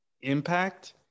impact